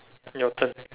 your turn